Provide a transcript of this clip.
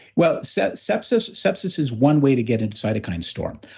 well, so sepsis sepsis is one way to get into cytokine storm.